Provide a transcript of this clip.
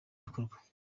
bikorwa